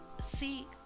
See